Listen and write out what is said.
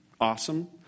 awesome